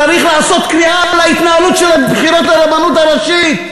צריך לעשות קריעה על ההתנהלות של הבחירות לרבנות הראשית,